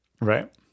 right